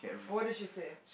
what did she say